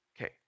Okay